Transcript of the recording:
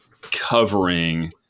covering